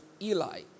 Eli